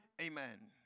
Amen